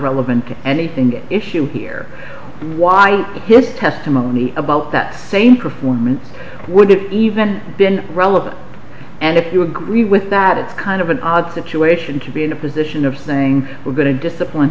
relevant to anything at issue here why his testimony about that same performance would have even been relevant and if you agree with that it's kind of an odd situation to be in the position of saying we're going to discipline